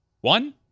One